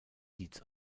diez